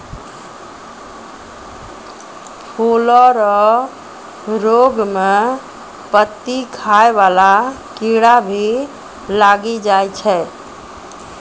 फूलो रो रोग मे पत्ती खाय वाला कीड़ा भी लागी जाय छै